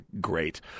great